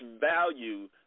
value